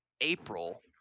april